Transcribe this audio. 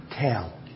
tell